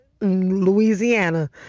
Louisiana